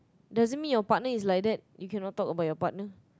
doesn't mean your partner is like that you cannot talk about your partner